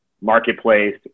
marketplace